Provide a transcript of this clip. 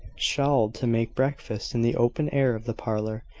shawled, to make breakfast in the open air of the parlour,